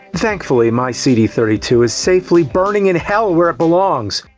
thankfully, my c d three two is safely burning in hell, where it belongs!